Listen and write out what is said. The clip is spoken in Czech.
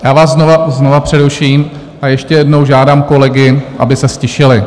Já vás znovu přeruším a ještě jednou žádám kolegy, aby se ztišili.